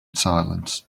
silence